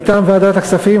מטעם ועדת הכספים,